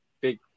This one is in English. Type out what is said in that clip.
big